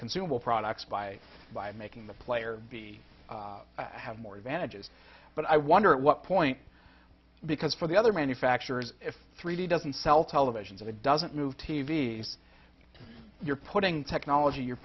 consumable products by by making the player be have more advantages but i wonder at what point because for the other manufacturers if three d doesn't sell televisions a doesn't move t v s you're putting technology you're